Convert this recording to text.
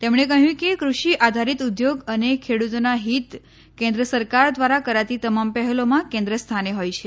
તેમણે કહ્યું કે ક્રષિ આધારીત ઉદ્યોગ અને ખેડૂતોના હિત કેન્દ્ર સરકાર દ્વારા કરાતી તમામ પહેલોમાં કેન્દ્ર સ્થાને હોય છે